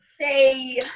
say